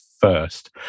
first